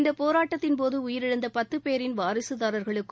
இந்த போராட்டத்தின் போது உயிரிழந்த பத்து பேரின் வாரிசுதாரர்களுக்கும்